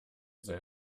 sei